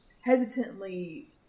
hesitantly